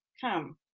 come